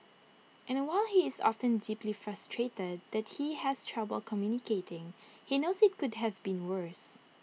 and while he is often deeply frustrated that he has trouble communicating he knows IT could have been worse